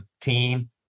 team